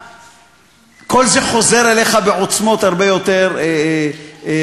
כל זה חוזר אליך בעוצמות הרבה יותר גדולות.